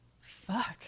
fuck